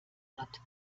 hat